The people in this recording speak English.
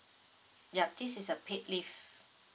yup this is a paid leave